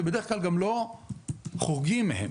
ובדרך כלל גם לא חורגים מהם.